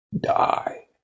die